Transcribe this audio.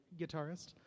guitarist